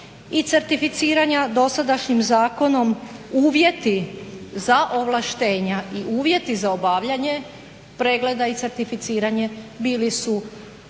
i certificiranja dosadašnjim zakonom. Uvjeti za ovlaštenja i uvjeti za obavljanje pregleda i certificiranje bili su u